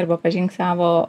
arba pražink savo